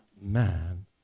man